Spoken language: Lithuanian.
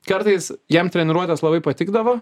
kartais jam treniruotės labai patikdavo